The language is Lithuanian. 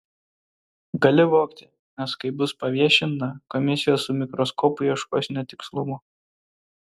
gali vogti nes kai bus paviešinta komisijos su mikroskopu ieškos netikslumo